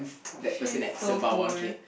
she is so cool